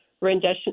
rendition